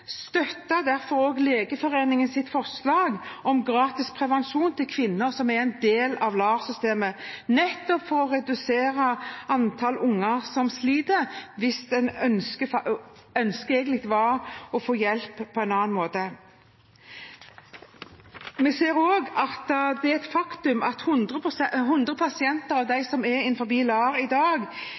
støtter derfor også Legeforeningens forslag om gratis prevensjon til kvinner som er en del av LAR-systemet, nettopp for å redusere antall unger som sliter, hvis ønsket egentlig var å få hjelp på en annen måte. Det er et faktum at 100 av de pasientene som er i LAR-behandling i dag – i 2013 ca. 100 – dør under LAR-behandling. Men realiteten er at veldig mange i